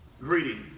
Greeting